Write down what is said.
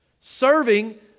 Serving